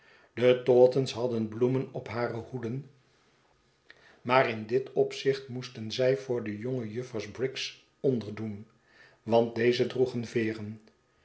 de taunton's hadden bloemen op hare hoeden maar in dit opzicht moesten zij voor de jonge juffers briggs onderdoen want deze droegen veeren